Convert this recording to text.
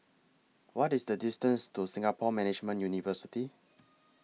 What IS The distance to Singapore Management University